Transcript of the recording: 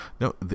No